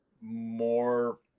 more